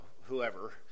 whoever